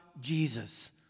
Jesus